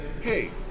hey